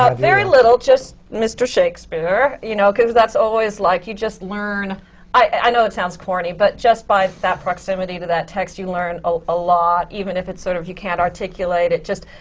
um very little. just mr. shakespeare, you know, cause that's always like, you just learn i know it sounds corny, but just by that proximity to that text, you learn ah a lot, even if it's sort of you can't articulate it. just,